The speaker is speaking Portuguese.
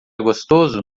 gostoso